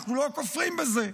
אנחנו לא כופרים בזה.